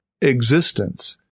existence